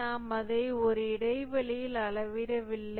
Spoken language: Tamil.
நாம் அதை ஒரு இடைவெளியில் அளவிடவில்லை